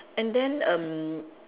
and then erm